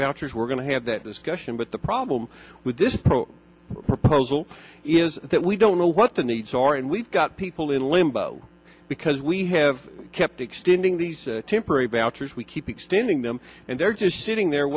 vouchers we're going to have that discussion but the problem with this poll proposal is that we don't know what the needs are and we've got people in limbo because we have kept extending these temporary boucher's we keep extending them and they're just sitting there